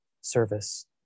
service